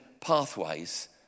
pathways